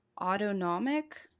autonomic